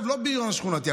לא בריון שכונתי.